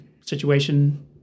situation